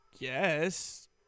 Yes